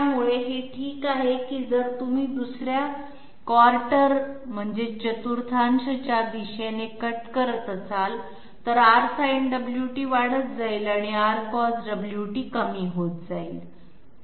त्यामुळे हे ठीक आहे की जर तुम्ही दुसऱ्या चतुर्थांश च्या दिशेने कट करत असाल तर R Sinωt वाढत जाईल आणि R Cosωt कमी होत जाईल